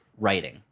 writing